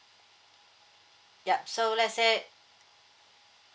yup so let's say